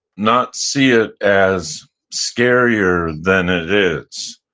not see it as scarier than it is.